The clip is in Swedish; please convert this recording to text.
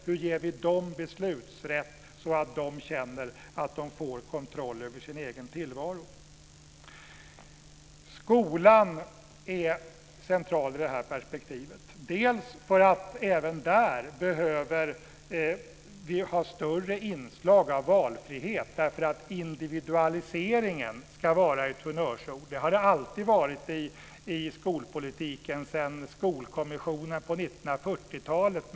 Hur ger vi dem beslutsrätt så att de känner att de får kontroll över sin egen tillvaro? Skolan är central i det perspektivet. Även där behöver vi ha större inslag av valfrihet. Individualiseringen ska vara ett honnörsord. Det har det alltid varit i skolpolitiken sedan skolkommissionerna på 1940 talet.